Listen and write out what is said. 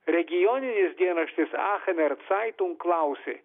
regioninis dienraštis aachener zeitung klausė